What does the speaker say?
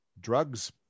Drugs